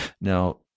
Now